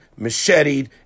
macheted